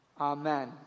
Amen